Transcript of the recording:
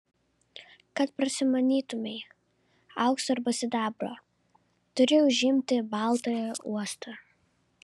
kad prasimanytumei aukso arba sidabro turi užimti baltąjį uostą